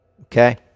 Okay